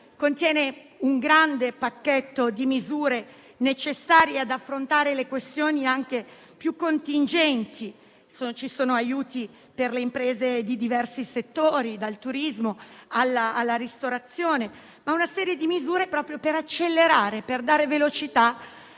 contiene un grande pacchetto di misure necessarie ad affrontare anche le questioni più contingenti; ci sono aiuti per le imprese di diversi settori, dal turismo alla ristorazione, una serie di misure per accelerare la ripresa